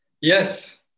Yes